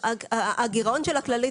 הגירעון של הכללית,